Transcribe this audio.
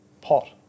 pot